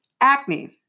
acne